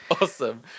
Awesome